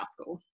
school